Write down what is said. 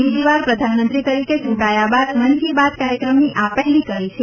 બીજીવાર પ્રધાનમંત્રી તરીકે ચુંટાયા બાદ મન કી બાત કાર્યક્રમની આ પહેલી કડી છે